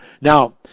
Now